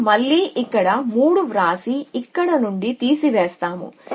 మేము మళ్ళీ ఇక్కడ 3 వ్రాసి ఇక్కడ నుండి తీసివేస్తాము